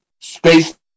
space